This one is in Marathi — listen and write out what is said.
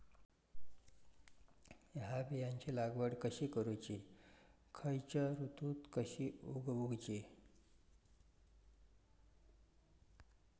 हया बियाची लागवड कशी करूची खैयच्य ऋतुत कशी उगउची?